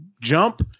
jump